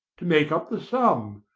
to make up the sum,